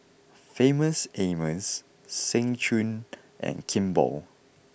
Famous Amos Seng Choon and Kimball